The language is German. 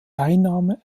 einnahme